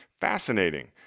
Fascinating